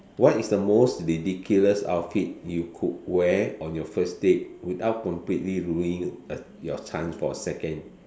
what is the most ridiculous outfit you could wear on your first date without completely ruining a your chance for a second